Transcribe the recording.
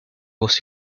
was